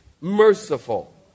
Merciful